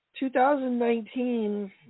2019